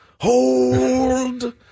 Hold